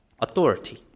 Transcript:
authority